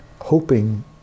hoping